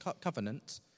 Covenant